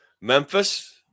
Memphis